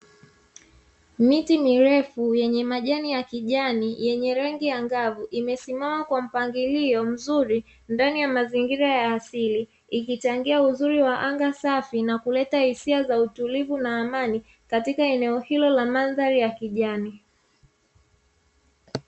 Miti mirefu yenye majani ya kijani yenye rangi angavu imesimama kwa mpangilio mzuri ndani ya mazingira ya asili, ikichangia uzuri wa anga safi na kuleta hisia za utulivu na amani katika eneo hilo la mandhari ya kijani.